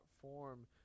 form